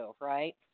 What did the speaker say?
Right